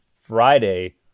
Friday